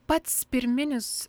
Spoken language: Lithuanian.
pats pirminis